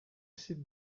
sit